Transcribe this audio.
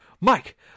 Mike